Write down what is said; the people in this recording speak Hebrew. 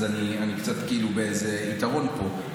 אז אני קצת כאילו באיזה יתרון פה,